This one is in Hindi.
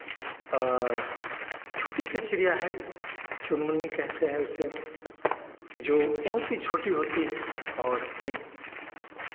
छोटी सी चिड़िया है चुनमुन्नी कहते हैं उसे जो बहुत ही छोटी होती है और अपने